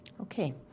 Okay